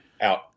out